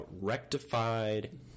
Rectified